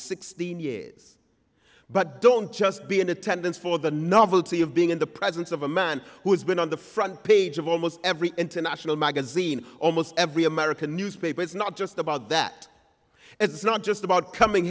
sixteen years but don't just be in attendance for the novelty of being in the presence of a man who's been on the front page of almost every international magazine almost every american newspaper it's not just about that it's not just about coming